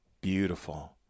Beautiful